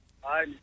Hi